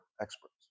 experts